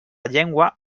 llengua